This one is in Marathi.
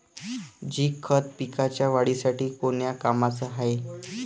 झिंक खत पिकाच्या वाढीसाठी कोन्या कामाचं हाये?